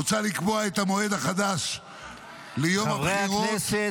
מוצע לקבוע את המועד החדש ליום הבחירות ברשויות אלו -- חברי הכנסת,